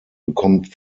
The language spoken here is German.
bekommt